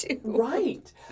Right